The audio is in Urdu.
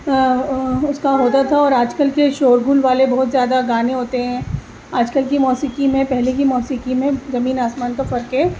اس کا ہوتا تھا اور آج کل کے شور غل والے بہت زیادہ گانے ہوتے ہیں آج کل کی موسیقی میں پہلے کی موسیقی میں زمین آسمان کا فرق ہے